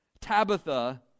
Tabitha